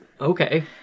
okay